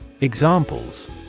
Examples